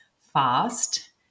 fast